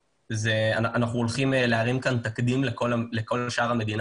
אנחנו הולכים להרים כאן תקדים לכל המדינה.